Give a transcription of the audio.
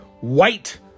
white